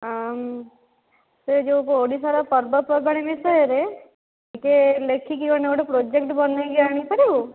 ସେ ଯେଉଁ ଓଡ଼ିଶାର ପର୍ବପର୍ବାଣି ବିଷୟରେ ଟିକିଏ ଲେଖିକି ମାନେ ଗୋଟେ ପ୍ରୋଜେକ୍ଟ୍ ବନାଇକି ଆଣିପାରିବୁ